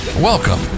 Welcome